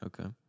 Okay